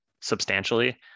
substantially